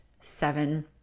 seven